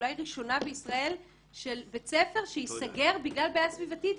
אולי ראשונה בישראל של בית ספר שייסגר בגלל בעיה סביבתית,